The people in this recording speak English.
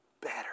better